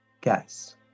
Guess